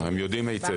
הם יודעים היטב.